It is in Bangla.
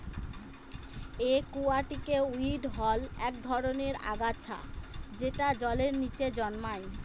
একুয়াটিকে উইড হল এক ধরনের আগাছা যেটা জলের নীচে জন্মায়